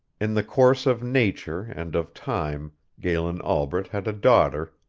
in the course of nature and of time galen albret had a daughter,